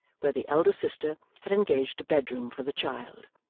where the elder sister had engaged a bed-room for the child.